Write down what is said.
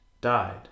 died